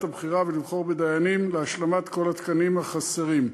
הבחירה ולבחור בדיינים להשלמת כל התקנים החסרים,